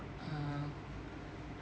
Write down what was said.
uh